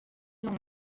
long